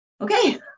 Okay